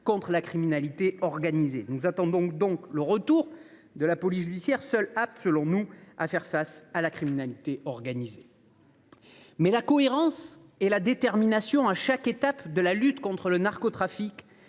contre la criminalité organisée. Nous attendons donc le retour de la police judiciaire, seule apte à faire face à la criminalité organisée. La cohérence et la détermination à chaque étape de la lutte contre le narcotrafic